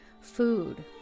food